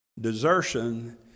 desertion